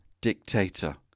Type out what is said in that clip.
dictator